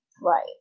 Right